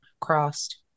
crossed